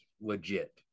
legit